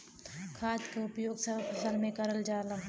खाद क उपयोग सब फसल में करल जाला